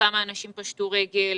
כמה אנשים פשטו רגל,